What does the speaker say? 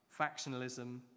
factionalism